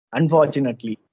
Unfortunately